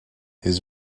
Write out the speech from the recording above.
his